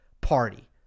party